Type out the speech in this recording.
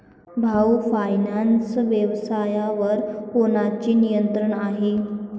भाऊ फायनान्स व्यवसायावर कोणाचे नियंत्रण आहे?